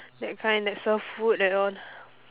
that kind that serve food and all